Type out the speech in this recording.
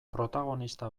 protagonista